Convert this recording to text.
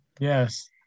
Yes